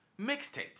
mixtapes